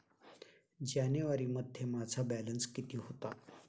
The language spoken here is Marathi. जानेवारीमध्ये माझा बॅलन्स किती होता?